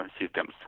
systems